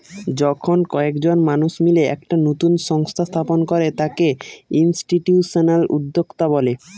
যখন কয়েকজন মানুষ মিলে একটা নতুন সংস্থা স্থাপন করে তাকে ইনস্টিটিউশনাল উদ্যোক্তা বলে